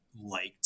liked